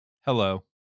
Hello